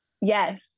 yes